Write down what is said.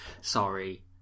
Sorry